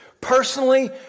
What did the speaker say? Personally